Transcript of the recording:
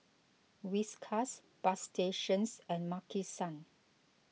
Whiskas Bagstationz and Maki San